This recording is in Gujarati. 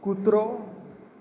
કૂતરો